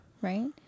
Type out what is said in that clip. right